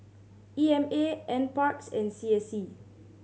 E M A Nparks and C S C